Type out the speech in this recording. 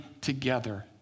together